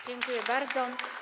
Dziękuję bardzo.